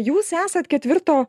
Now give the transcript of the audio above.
jūs esat ketvirto